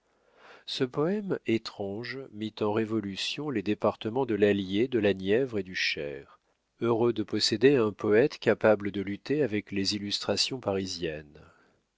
ce poème étrange mit en révolution les départements de l'allier de la nièvre et du cher heureux de posséder un poète capable de lutter avec les illustrations parisiennes